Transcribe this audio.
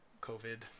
COVID